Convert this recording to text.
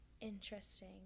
interesting